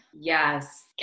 Yes